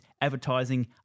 advertising